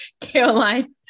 Caroline